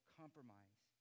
compromise